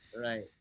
Right